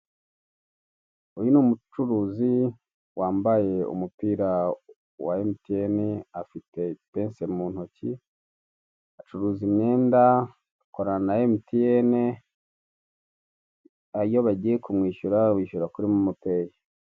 Uyu ni umucuruzi wambaye umupira wa MTN afite ipense mu ntoki acuruza imyenda akorana na MTN iyo bagiye kumwishyura bishyura kuri MOMO Pay.